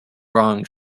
wrong